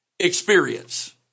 Experience